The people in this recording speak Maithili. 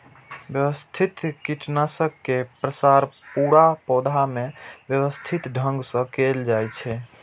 व्यवस्थित कीटनाशक के प्रसार पूरा पौधा मे व्यवस्थित ढंग सं कैल जाइ छै